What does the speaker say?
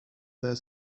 their